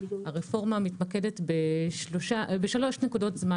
הרפורמה מתמקדת בשלוש נקודות זמן